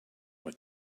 what